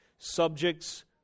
subjects